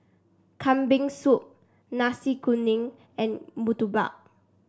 Kambing Soup Nasi Kuning and Murtabak